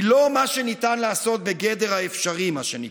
היא לא מה שניתן לעשות בגדר האפשרי, מה שנקרא,